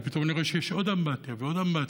ופתאום אני רואה שיש עוד אמבטיה ועוד אמבטיה.